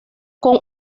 con